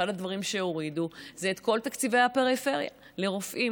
אחד הדברים שהורידו זה את כל תקציבי הפריפריה לרופאים.